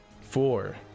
Four